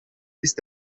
ist